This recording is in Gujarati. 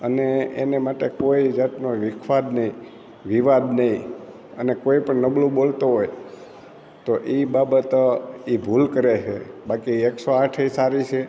અને એની માટે કોઈ જાતનો વિખવાદ નહીં વિવાદ નહીં અને કોઈપણ નબળું બોલતો હોય તો એ બાબત એ ભૂલ કરે છે બાકી એકસો આઠ એ સારી છે